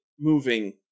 moving